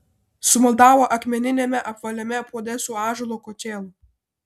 sumaldavo akmeniniame apvaliame puode su ąžuolo kočėlu